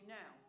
now